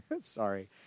Sorry